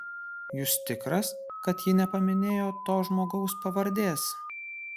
jūs tikras kad ji nepaminėjo to žmogaus pavardės